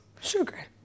Sugar